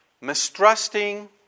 Mistrusting